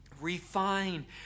Refine